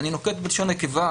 ואני נוקט בלשון נקבה,